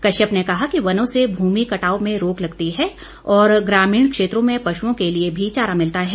कश्यप ने कहा कि वनों से भूमि कटाव में रोक लगती है और ग्रामीण क्षेत्रों में पशुओं के लिए भी चारा मिलता है